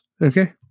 Okay